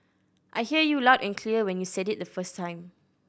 I hear you loud and clear when you said it the first time